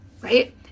Right